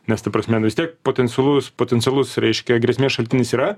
nes ta prasme nu vis tiek potencialus potencialus reiškia grėsmės šaltinis yra